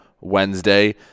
Wednesday